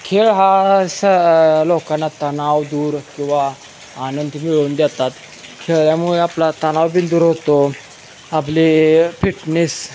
खेळ हा स लोकांना तणाव दूर किंवा आनंद मिळवून देतात खेळल्यामुळे आपला तणाव बी दूर होतो आपले फिटनेस